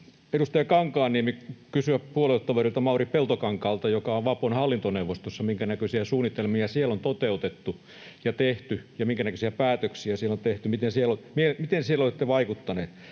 edustaja Kankaanniemi kysyä puoluetoveriltaan Mauri Peltokankaalta, joka on Vapon hallintoneuvostossa, minkänäköisiä suunnitelmia siellä on toteutettu ja tehty ja minkänäköisiä päätöksiä siellä on tehty, miten siellä olette vaikuttanut.